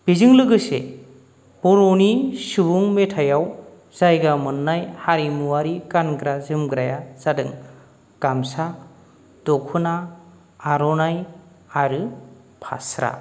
बेजों लोगोसे बर'नि सुबुं मेथायाव जायगा मोननाय हारिमुवारि गानग्रा जोमग्राया जादों गामसा दखना आर'नाइ आरो फास्रा